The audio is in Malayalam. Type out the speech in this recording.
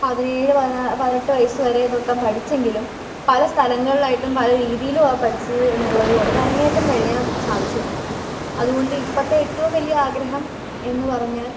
പതിനേഴ് പതിനാറ് പതിനെട്ട് വയസ്സ് വരെ നൃത്തം പഠിച്ചെങ്കിലും പല സ്ഥലങ്ങളിലായിട്ടും പല രീതിയിലുമാണ് പഠിച്ചത് എന്നുള്ളത് കൊണ്ട് അരങ്ങേറ്റം കഴിയാൻ സാധിച്ചിരുന്നില്ല അതുകൊണ്ട് ഇപ്പോഴത്തെ ഏറ്റവും വലിയ ആഗ്രഹം എന്നു പറഞ്ഞാൽ